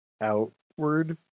outward